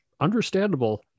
understandable